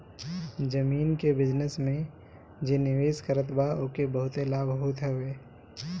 जमीन के बिजनस में जे निवेश करत बा ओके बहुते लाभ होत हवे